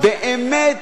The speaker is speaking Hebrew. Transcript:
באמת,